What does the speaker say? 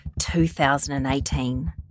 2018